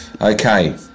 Okay